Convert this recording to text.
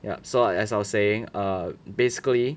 yup so as I was saying err basically